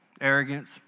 arrogance